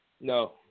no